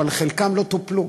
אבל חלקם לא טופלו,